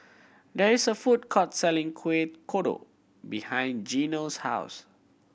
there is a food court selling Kueh Kodok behind Gino's house